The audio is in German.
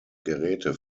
geräte